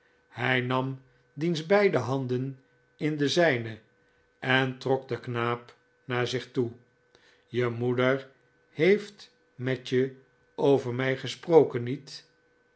hij nam diens beide handen in de zijne en trok den knaap naar zich toe e moeder heeft met je over mij gesproken niet